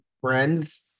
friends